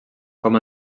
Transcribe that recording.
com